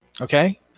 Okay